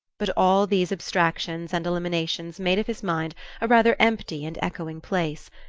but all these abstractions and eliminations made of his mind a rather empty and echoing place,